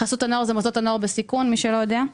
חסות הנוער זה מוסדות הנוער בסיכון, למי שלא יודע.